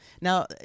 Now